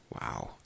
Wow